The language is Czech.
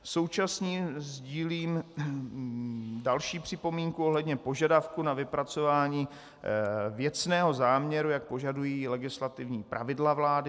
Současně sdílím další připomínku ohledně požadavků na vypracování věcného záměru, jak požadují legislativní pravidla vlády.